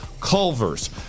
Culver's